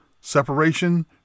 separation